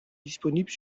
disponibles